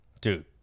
dude